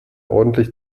ordentlich